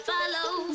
Follow